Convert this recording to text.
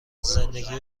زندگی